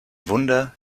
wunder